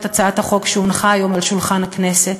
הצעת החוק שהונחה היום על שולחן הכנסת.